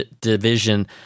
division